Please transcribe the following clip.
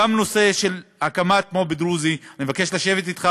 גם בנושא של הקמת מו"פ דרוזי אני מבקש לשבת אתך.